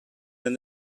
than